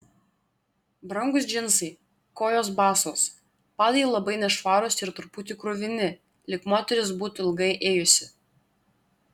brangūs džinsai kojos basos padai labai nešvarūs ir truputį kruvini lyg moteris būtų ilgai ėjusi